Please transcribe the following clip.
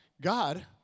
God